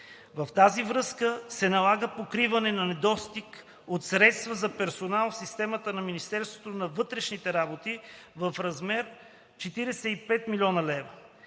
В тази връзка се налага покриване на недостига от средства за персонал в системата на Министерството на вътрешните работи в размер до 45,0 млн. лв.